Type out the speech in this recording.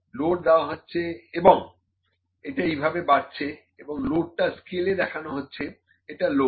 load দেওয়া হচ্ছে এবং এটা এইভাবে বাড়ছে এবং লোডটা স্কেলে দেখানো হচ্ছে এটা লোড